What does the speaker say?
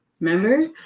remember